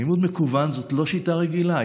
לימוד מקוון זה לא שיטה רגילה.